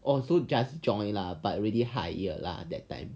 oh so just join lah but already hired lah that time